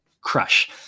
crush